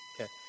Okay